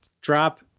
drop